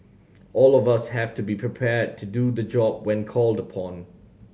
all of us have to be prepared to do the job when called upon